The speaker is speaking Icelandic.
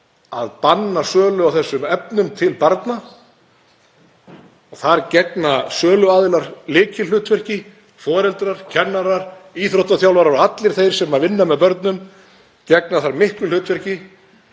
að banna sölu á þessum efnum til barna. Þar gegna söluaðilar lykilhlutverki. Foreldrar, kennarar, íþróttaþjálfarar og allir þeir sem vinna með börnum gegna þar miklu hlutverki.